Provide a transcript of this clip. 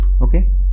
Okay